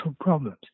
problems